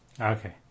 Okay